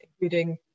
including